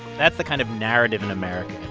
that's the kind of narrative in america